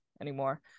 anymore